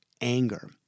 anger